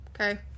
Okay